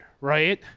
right